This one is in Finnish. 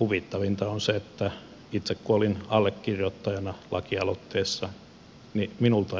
huvittavinta on se että minulta itseltäni kun olin allekirjoittajana lakialoitteessa